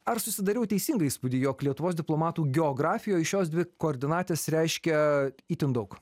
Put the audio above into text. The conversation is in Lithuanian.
ar susidariau teisingą įspūdį jog lietuvos diplomatų geografijoj šios dvi koordinatės reiškia itin daug